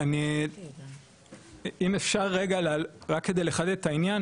אם אפשר רגע רק כדי לחדד את העניין,